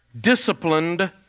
disciplined